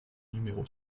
numéro